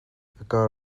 kal